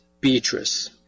Beatrice